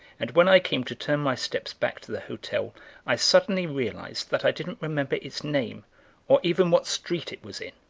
and when i came to turn my steps back to the hotel i suddenly realised that i didn't remember its name or even what street it was in.